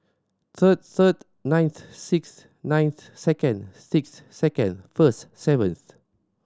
third third ninth sixth ninth second sixth second first seventh